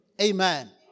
Amen